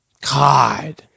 God